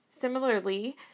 Similarly